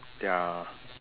ya